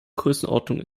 größenordnung